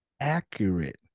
accurate